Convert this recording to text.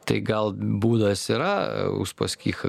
tai gal būdas yra uspaskichą